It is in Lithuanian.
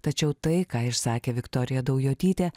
tačiau tai ką išsakė viktorija daujotytė